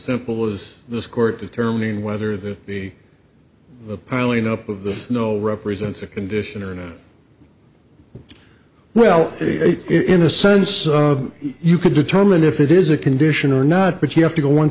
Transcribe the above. simple as this court determining whether that be piling up of this no represents a condition or not well a in a sense you could determine if it is a condition or not but you have to go one